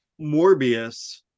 morbius